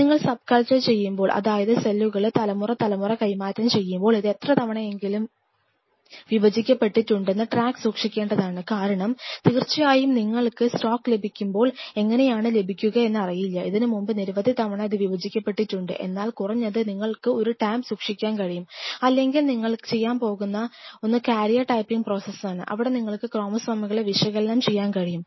നിങ്ങൾ subculture ചെയ്യുമ്പോൾ അതായതു സെല്ലുകളെ തലമുറ തലമുറ കൈമാറ്റം ചെയ്യുമ്പോൾ ഇത് എത്ര തവണയെങ്കിലും വിഭജിക്കപ്പെട്ടിട്ടുണ്ടെന്ന് ട്രാക്ക് സൂക്ഷിക്കേണ്ടതുണ്ട് കാരണം തീർച്ചയായും നിങ്ങൾക്ക് സ്റ്റോക്ക് ലഭിക്കുമ്പോൾ എങ്ങനെയെന്ന് നിങ്ങൾക്കറിയില്ല ഇതിന് മുമ്പ് നിരവധി തവണ ഇത് വിഭജിക്കപ്പെട്ടിട്ടുണ്ട് എന്നാൽ കുറഞ്ഞത് നിങ്ങൾക്ക് ഒരു ടാബ് സൂക്ഷിക്കാൻ കഴിയും അല്ലെങ്കിൽ നിങ്ങൾക്ക് ചെയ്യാൻ കഴിയുന്ന ഒന്ന് കാരിയർ ടൈപ്പിംഗ് പ്രോസസ്സ്സാണ് അവിടെ നിങ്ങൾക്ക് ക്രോമസോമുകളെ വിശകലനം ചെയ്യാൻ കഴിയും